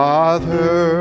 Father